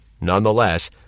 Nonetheless